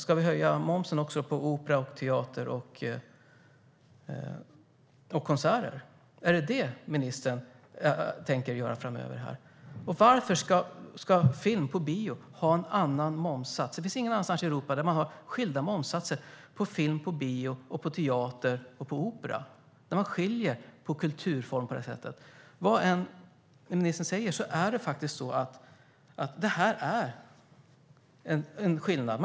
Ska vi höja momsen också på opera, teater och konserter? Är det detta ministern tänker göra framöver? Och varför ska film på bio ha en annan momssats? Ingen annanstans i Europa har man skilda momssatser på film på bio, på teater och på opera. Man skiljer inte på kulturformer på det här sättet. Vad än ministern säger är detta en skillnad.